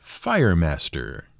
firemaster